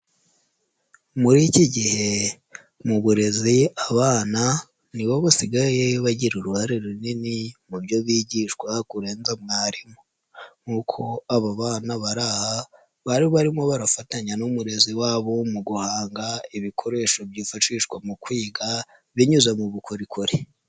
Muri iki gihe mu burezi abana ni bo basigaye bagira uruhare runini mu byo bigishwa kurenza mwarimu nk'uko aba bana bari aha barimo barafatanya n'umurezi wabo mu guhanga ibikoresho byifashishwa mu kwiga binyuze mu bukorikori.